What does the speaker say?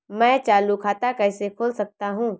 मैं चालू खाता कैसे खोल सकता हूँ?